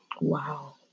Wow